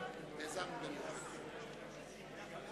סגן ראש הממשלה,